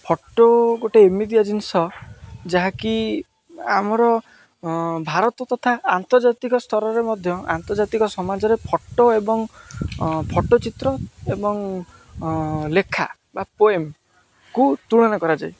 photo ଗୋଟେ ଏମିତିଆ ଜିନିଷ ଯାହାକି ଆମର ଭାରତ ତଥା ଆନ୍ତର୍ଜାତିକ ସ୍ତରରେ ମଧ୍ୟ ଆନ୍ତର୍ଜାତିକ ସମାଜରେ ଫଟୋ ଏବଂ ଫଟୋଚିତ୍ର ଏବଂ ଲେଖା ବା ପୋଏମ୍କୁ ତୁଳନା କରାଯାଏ